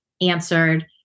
answered